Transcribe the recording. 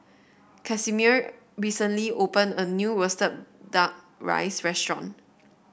Casimir recently opened a new roasted Duck Rice Restaurant